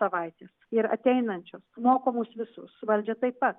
savaitės ir ateinančios moko mus visus valdžią taip pat